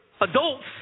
adults